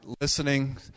listening